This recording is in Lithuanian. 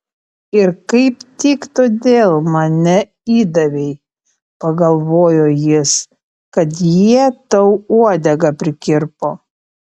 ir kaip tik todėl mane įdavei pagalvojo jis kad jie tau uodegą prikirpo